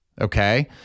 okay